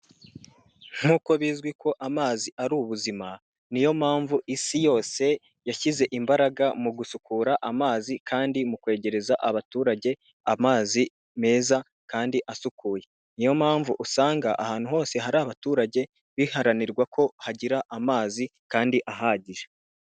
Nkuko bizwi ko amazi ari ubuzima, niyo mpamvu isi yose yashyize imbaraga mu gusukura amazi kandi mu kwegereza abaturage amazi meza kandi asukuye niyo mpamvu usanga ahantu hose hari abaturage biharanirwa ko hagira amazi kandi ahagije.